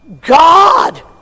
God